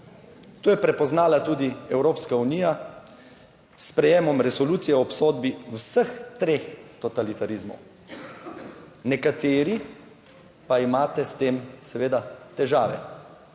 To je prepoznala tudi Evropska unija s sprejemom resolucije o obsodbi vseh treh totalitarizmov, nekateri pa imate s tem seveda težave.